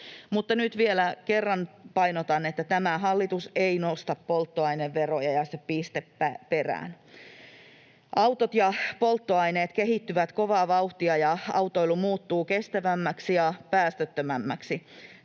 mutta nyt vielä kerran painotan, että tämä hallitus ei nosta polttoaineveroja, ja piste perään. Autot ja polttoaineet kehittyvät kovaa vauhtia, ja autoilu muuttuu kestävämmäksi ja päästöttömämmäksi.